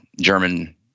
german